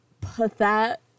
pathetic